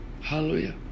Hallelujah